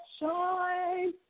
shine